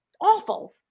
Awful